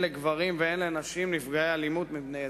לגברים והן לנשים נפגעי אלימות מבני-הזוג.